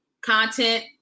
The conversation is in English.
content